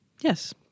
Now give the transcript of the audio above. yes